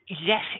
yes